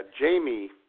Jamie